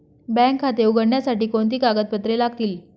Bank खाते उघडण्यासाठी कोणती कागदपत्रे लागतील?